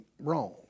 wrong